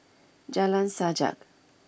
Jalan Sajak